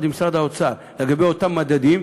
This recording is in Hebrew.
יחד עם משרד האוצר, לגבי אותם מדדים,